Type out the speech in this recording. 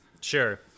Sure